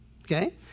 Okay